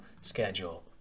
schedule